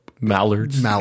Mallards